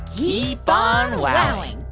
keep on wowing